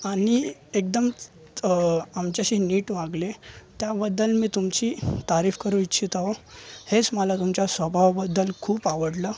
आणि एकदम आमच्याशी नीट वागले त्याबद्दल मी तुमची तारीफ करू इच्छित आहे हेच मला तुमच्या स्वभावाबद्दल खूप आवडलं